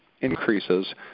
increases